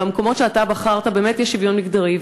שבמקומות שאתה בחרת באמת יש שוויון מגדרי,